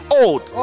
old